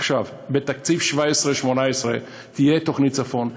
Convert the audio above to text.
עכשיו בתקציב 17' 18' תהיה תוכנית צפון.